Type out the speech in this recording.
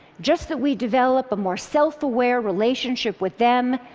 just that we develop a more self-aware relationship with them,